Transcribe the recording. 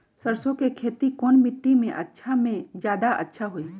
सरसो के खेती कौन मिट्टी मे अच्छा मे जादा अच्छा होइ?